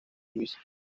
luis